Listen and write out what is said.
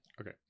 Okay